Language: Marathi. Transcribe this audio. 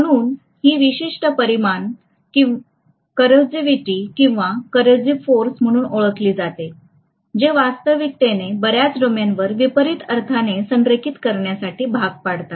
म्हणून ही विशिष्ट परिमाण coersivity किंवा coersive force म्हणून ओळखली जाते जे वास्तविकतेने बऱ्याच डोमेनवर विपरीत अर्थाने संरेखित करण्यासाठी भाग पडतात